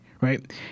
right